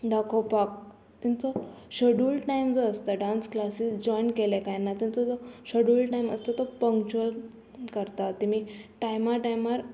दाखोवपाक तेंचो scheduled time जो आसता डांस क्लासीस जॉयन केले कांय ना तेंचो जो शेड्यूल्ड टायम आसता तो पंक्चुअल करता तेमी टायमार टायमार